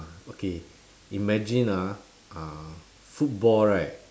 okay imagine ah uh football right